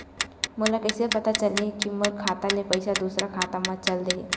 मोला कइसे पता चलही कि मोर खाता ले पईसा दूसरा खाता मा चल देहे?